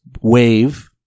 wave